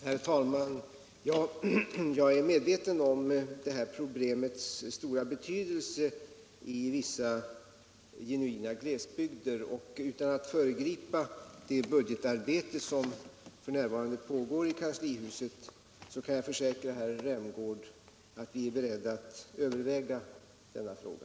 Herr talman! Jag är medveten om detta problems stora betydelse i vissa genuina glesbygder. Utan att föregripa det budgetarbete som f. n. pågår i kanslihuset kan jag försäkra herr Rämgård att vi är beredda att överväga denna fråga.